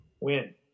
Win